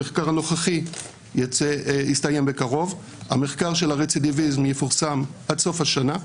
המחקר הנוכחי יסתיים בקרוב והמחקר של הרצידביזם יפורסם עד סוף השנה.